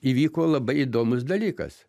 įvyko labai įdomus dalykas